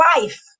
life